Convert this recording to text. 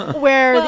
where the.